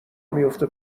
میفته